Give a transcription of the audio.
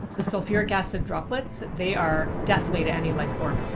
the sulfuric acid droplets, they are deathly to any life form.